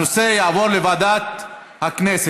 הנושא יעבור לוועדת הכנסת.